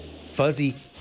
Fuzzy